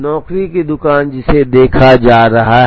नौकरी की दुकान जिसे देखा जा रहा है